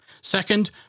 Second